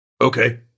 Okay